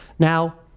now,